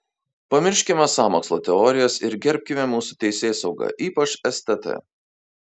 pamirškime sąmokslo teorijas ir gerbkime mūsų teisėsaugą ypač stt